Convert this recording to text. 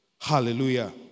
Hallelujah